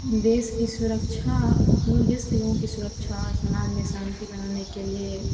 देश की सुरक्षा देश के लोगों की सुरक्षा और समाज में शांति बनाने के लिए